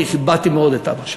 כי כיבדתי מאוד את אבא שלך.